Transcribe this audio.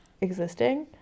existing